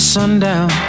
sundown